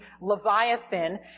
Leviathan